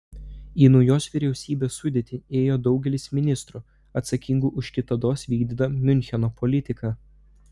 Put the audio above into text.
į naujos vyriausybės sudėtį įėjo daugelis ministrų atsakingų už kitados vykdytą miuncheno politiką